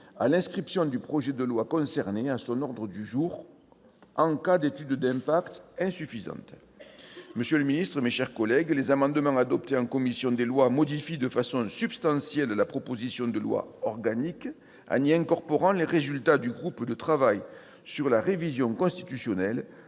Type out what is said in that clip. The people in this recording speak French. à l'inscription du projet de loi concerné à son ordre du jour si l'étude d'impact est jugée insuffisante. Monsieur le secrétaire d'État, mes chers collègues, les amendements adoptés en commission des lois modifient de façon substantielle la proposition de loi organique en y incorporant les conclusions du groupe de travail sur la révision constitutionnelle.